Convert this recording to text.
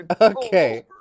okay